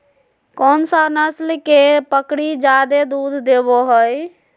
कौन सा नस्ल के बकरी जादे दूध देबो हइ?